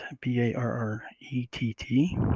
B-A-R-R-E-T-T